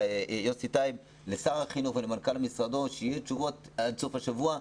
יוסי טייב לשר החינוך ומנכ"ל משרדו עד סוף השבוע.